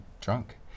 drunk